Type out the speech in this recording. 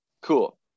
Cool